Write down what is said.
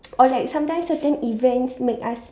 or like sometimes certain events make us